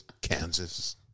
Kansas